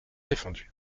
défendus